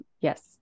yes